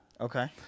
Okay